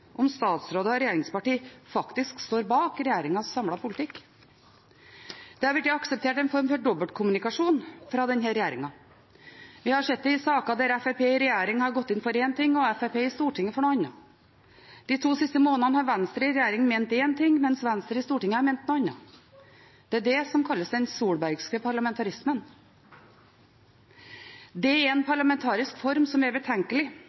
om statsråder og regjeringsparti faktisk står bak regjeringens samlede politikk. Det har blitt akseptert en form for dobbeltkommunikasjon fra denne regjeringen. Vi har sett det i saker der Fremskrittspartiet i regjering har gått inn for én ting og Fremskrittspartiet i Stortinget for noe annet. De to siste månedene har Venstre i regjering ment én ting, mens Venstre i Stortinget har ment noe annet. Det er det som kalles den solbergske parlamentarismen. Det er en parlamentarisk form som er betenkelig,